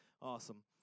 Awesome